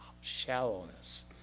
shallowness